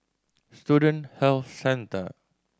Student Health Centre